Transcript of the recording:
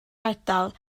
ardal